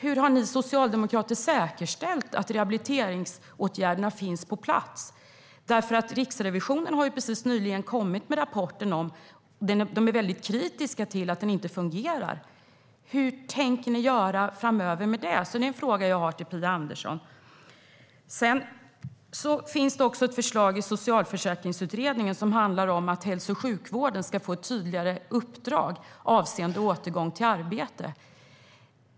Hur har ni socialdemokrater säkerställt att rehabiliteringsåtgärderna finns på plats? Riksrevisionen har nyligen lagt fram en rapport där det framgår att de är kritiska till att den bortre tidsgränsen inte fungerar. Hur tänker ni göra framöver? Det finns också ett förslag i Socialförsäkringsutredningen som handlar om att hälso och sjukvården ska få ett tydligare uppdrag avseende återgång till arbete.